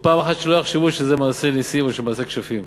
ופעם אחת שלא יחשבו שזה מעשה נסים או שזה מעשה כשפים.